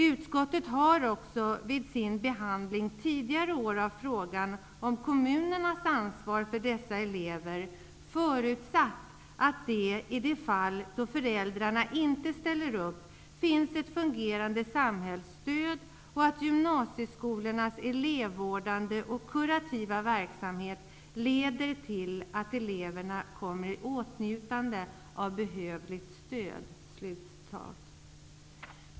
Utskottet har också vid sin behandling tidigare år av frågan om kommunernas ansvar för dessa elever förutsatt att det i de fall då föräldrarna inte ställer upp finns ett fungerande samhällsstöd och att gymnasieskolornas elevvårdande och kurativa verksamhet leder till att eleverna kommer i åtnjutande av behövligt stöd.